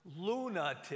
lunatic